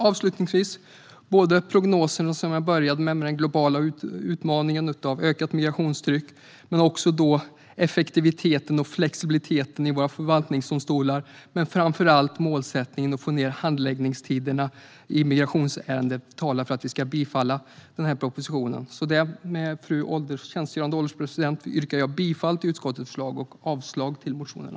Avslutningsvis vill jag säga att prognoserna, som jag inledde med, om den globala utmaningen med ökat migrationstryck, effektiviteten och flexibiliteten i våra förvaltningsdomstolar och framför allt målsättningen att få ned handläggningstiderna i migrationsärendena talar för att vi ska yrka bifall till propositionen. Utökade möjligheter för migrationsdomsto-lar att överlämna mål Fru ålderspresident! Jag yrkar bifall till utskottets förslag och avslag på motionen.